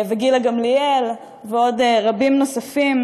גילה גמליאל ועוד רבים נוספים,